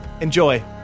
Enjoy